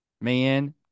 Man